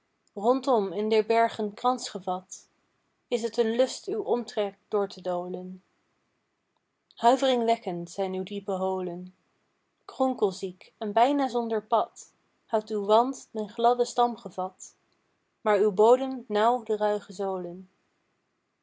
rondom in der bergen krans gevat is t een lust uw omtrek door te dolen huiveringwekkend zijn uw diepe holen kronkelziek en bijna zonder pad houdt uw wand den gladden stam gevat maar uw bodem nauw de ruige zolen